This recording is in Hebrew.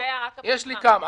יש לי כמה.